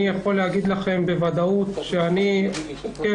אני יכול להגיד לכם בוודאות שאני עוקב